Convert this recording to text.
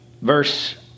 verse